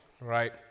right